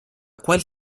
quel